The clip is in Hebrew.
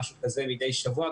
מדי שבוע,